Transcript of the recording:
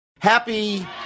Happy